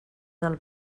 del